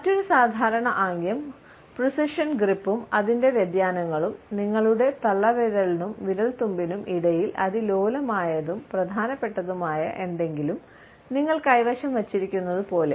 മറ്റൊരു സാധാരണ ആംഗ്യം പ്രീസിഷൻ ഗ്രിപ്പും അതിന്റെ വ്യതിയാനങ്ങളും നിങ്ങളുടെ തള്ളവിരലിനും വിരൽത്തുമ്പിനും ഇടയിൽ അതിലോലമായതും പ്രധാനപ്പെട്ടതുമായ എന്തെങ്കിലും നിങ്ങൾ കൈവശം വച്ചിരിക്കുന്നതുപോലെ